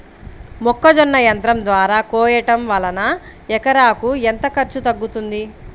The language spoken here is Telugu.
మొక్కజొన్న యంత్రం ద్వారా కోయటం వలన ఎకరాకు ఎంత ఖర్చు తగ్గుతుంది?